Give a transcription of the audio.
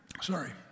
sorry